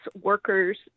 workers